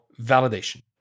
validation